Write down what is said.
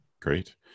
Great